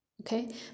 Okay